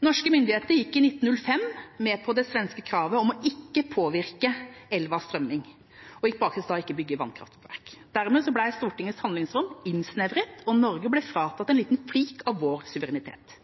Norske myndigheter gikk i 1905 med på det svenske kravet om ikke å påvirke elvas strømning – i praksis ikke bygge vannkraftverk. Dermed ble Stortingets handlingsrom innsnevret, og Norge ble fratatt en liten flik av vår suverenitet,